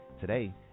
Today